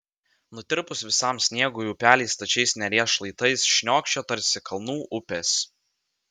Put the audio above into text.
nutirpus visam sniegui upeliai stačiais neries šlaitais šniokščia tarsi kalnų upės